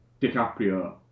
DiCaprio